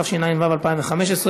התשע"ו 2015,